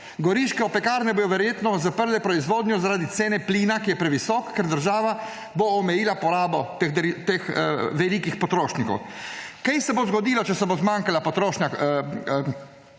Goriške opekarne bodo verjetno zaprle proizvodnjo zaradi cene plina, ki je previsoka, ker bo država omejila porabo velikih potrošnikov. Kaj se bo zgodilo, če se bo zmanjšala potrošnja